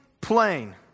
plain